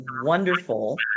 wonderful